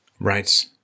Right